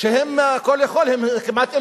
שהם כול-יכולים, הם כמעט אלוהים,